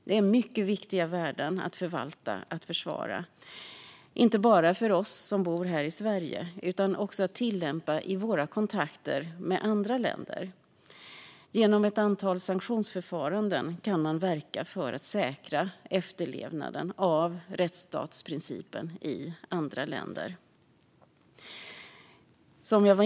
Detta är mycket viktiga värden att förvalta och försvara - inte bara när det gäller oss som bor här i Sverige, utan de måste också tillämpas i våra kontakter med andra länder. Genom ett antal sanktionsförfaranden kan man verka för att säkra efterlevnaden av rättsstatsprincipen i andra länder.